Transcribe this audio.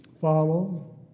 Follow